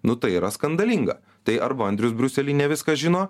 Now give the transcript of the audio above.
nu tai yra skandalinga tai arba andrius briusely ne viską žino